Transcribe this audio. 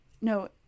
no